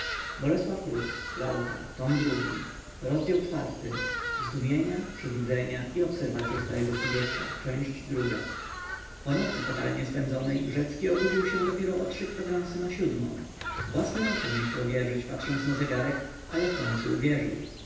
i strzemiączkami wykradziono mu podstępem ze zbioru jego osobistych pamiątek po nocy fatalnie spędzonej rzecki obudził się dopiero o trzy kwadranse na siódmą własnym oczom nie chciał wierzyć patrząc na zegarek ale wkońcu uwierzył